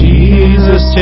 Jesus